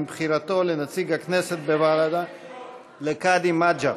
בחירתו לנציג הכנסת בוועדה לקאדים מד'הב.